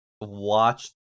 watch